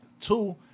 two